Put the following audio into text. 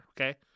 okay